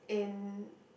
in